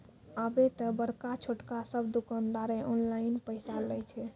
आबे त बड़का छोटका सब दुकानदारें ऑनलाइन पैसा लय छै